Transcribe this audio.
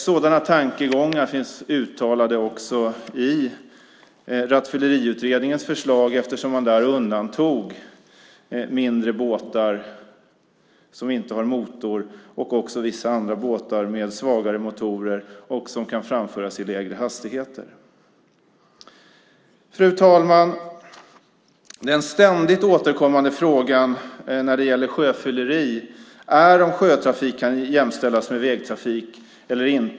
Sådana tankegångar finns uttalade också i Rattfylleriutredningens förslag eftersom man där undantog mindre båtar som inte har motor och också vissa andra båtar med svagare motorer och som kan framföras i lägre hastigheter. Fru talman! Den ständigt återkommande frågan när det gäller sjöfylleri är om sjötrafik kan jämställas med vägtrafik eller inte.